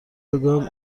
بگویم